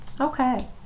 Okay